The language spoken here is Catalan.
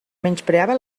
menyspreava